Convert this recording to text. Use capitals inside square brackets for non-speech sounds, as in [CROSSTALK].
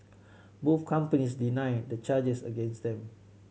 [NOISE] both companies deny the charges against them